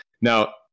Now